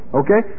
okay